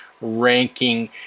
ranking